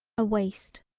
a waist.